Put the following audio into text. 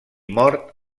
mort